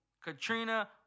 Katrina